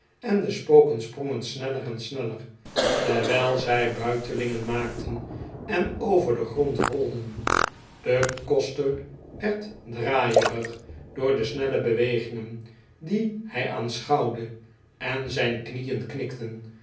en de spoken sprongen sneller en sneller terwijl zij buitelingen maakten en over den grond rolden de koster werd draaierig door de snelle bewegingen die hij aanschouwde en zijn knieen knikten